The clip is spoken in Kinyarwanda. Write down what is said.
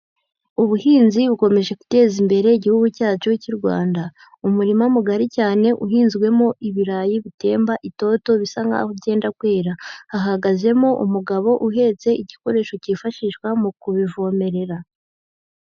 Ubuhinzi bukomeje guteza imbere igihugu cyacu cy'urwanda, umurima mugari cyane uhinzwemo ibirayi bitemba itoto, bisa nkaho byenda kwera, hahagazemo umugabo uhetse igikoresho cyifashishwa mu kubivomerera.